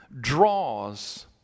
draws